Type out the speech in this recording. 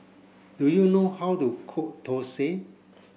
do you know how to cook Dosa